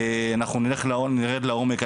אנחנו נרד לעומק.